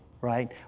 right